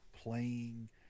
playing